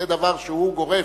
זה דבר שהוא גורף.